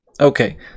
Okay